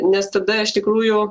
nes tada iš tikrųjų